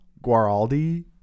Guaraldi